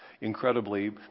Incredibly